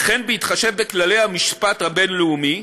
וכן בהתחשב בכללי המשפט הבין-לאומי,